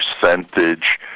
percentage